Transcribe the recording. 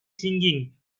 singing